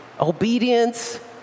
obedience